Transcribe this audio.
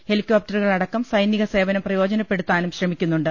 ഹെലികോ പ്റ്ററുകൾ അടക്കം സൈനിക സ്വേനം പ്രയോജനപ്പെടുത്താനും ശ്രമിക്കുന്നുണ്ട്